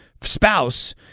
spouse